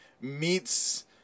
meets